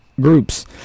groups